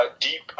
deep